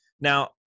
Now